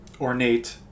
ornate